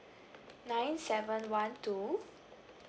nine seven one two